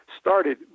started